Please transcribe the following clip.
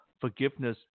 Forgiveness